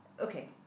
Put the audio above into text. okay